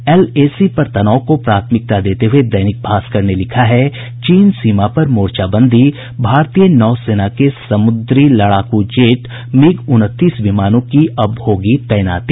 LAC पर तनाव को प्राथमिकता देते हुये दैनिक भास्कर ने लिखा है चीन सीमा पर मोर्चाबंदी भारतीय नौसेना के समुद्री लड़ाकू जेट मिग उनतीस विमानों की अब होगी तैनाती